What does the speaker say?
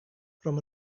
from